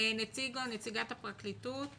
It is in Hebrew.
נציגת הפרקליטות